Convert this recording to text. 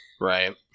Right